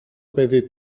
παιδί